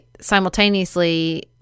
Simultaneously